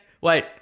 Wait